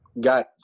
got